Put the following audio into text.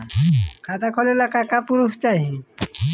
खाता खोलले का का प्रूफ चाही?